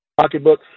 pocketbook